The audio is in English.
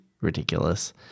ridiculous